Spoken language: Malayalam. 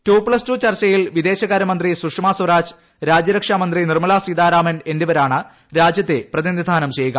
ടു പ്ലസ് ടു ചർച്ചയിൽ വിദേശകാര്യമന്ത്രി സുഷമ സ്വരാജ് രാജ്യരക്ഷാ മന്ത്രി നിർമ്മലാ സീതാരാമൻ എന്നിവരാണ് രാജ്യത്തെ പ്രതിനിധാനം ചെയ്യുക